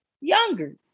younger